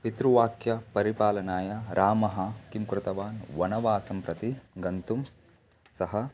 पितृवाक्यपरिपालनाय रामः किं कृतवान् वनवासं प्रति गन्तुं सः